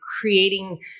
creating